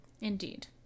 indeed